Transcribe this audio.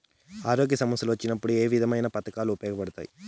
ఆరోగ్య సమస్యలు వచ్చినప్పుడు ఏ విధమైన పథకాలు ఉపయోగపడతాయి